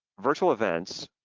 virtual events,